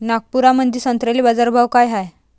नागपुरामंदी संत्र्याले बाजारभाव काय हाय?